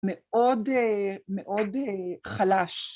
‫מאוד מאוד חלש.